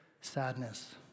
sadness